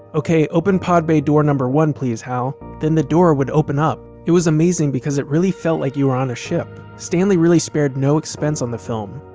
okay. open pod bay door number one please hal. then the door would open up. it was amazing because it really felt like you were on a ship. stanley really spared no expense on the film,